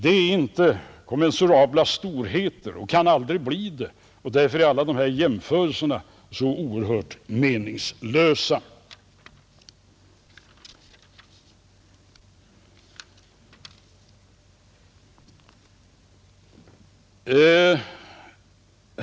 Det är inte kommensurabla storheter och kan aldrig bli det, och därför är alla de här jämförelserna så oerhört meningslösa.